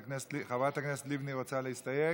חברת הכנסת לבני רוצה להסתייג?